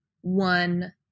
one